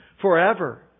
forever